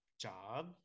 job